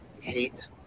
hate